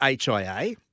HIA